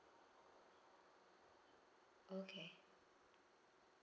okay